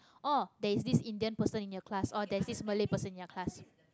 oh there is this indian person in your class there is this malay person in your class